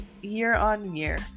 year-on-year